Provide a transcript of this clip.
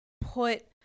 put